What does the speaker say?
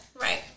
Right